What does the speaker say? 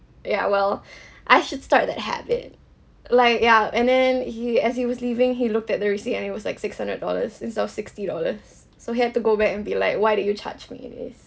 yeah well I should start that habit like ya and then he as he was leaving he looked at the receipt and it was like six hundred dollars instead of sixty dollars so he had to go back and be like why did you charge me this